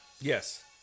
Yes